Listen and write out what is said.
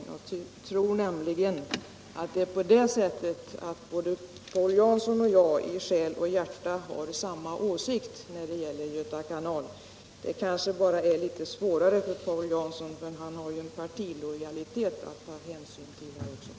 Jag tror nämligen att både Paul Jansson och jag i själ och hjärta har samma åsikt när det gäller Göta kanal. Det kanske bara är litet svårare för Paul Jansson att erkänna det, eftersom han har sin partilojalitet att ta hänsyn till.